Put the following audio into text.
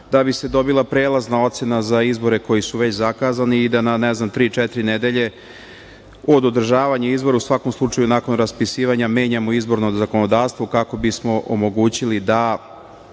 da bi se dobila prelazna ocena za izbore koji su već zakazani i da na tri-četiri nedelje od održavanja izbora, u svakom slučaju nakon raspisivanja, menjamo izborno zakonodavstvo, kako bismo omogućili da,